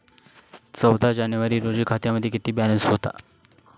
चौदा जानेवारी रोजी खात्यामध्ये किती बॅलन्स होता?